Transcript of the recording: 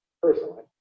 personally